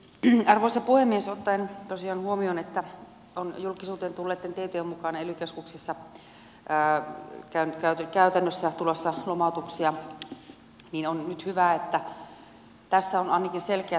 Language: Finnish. ot taen tosiaan huomioon että on julkisuuteen tulleitten tietojen mukaan ely keskuksissa käytännössä tulossa lomautuksia on nyt hyvä että tässä on ainakin selkeät suuntaviivat